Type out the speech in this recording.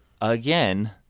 again